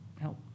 help